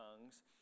tongues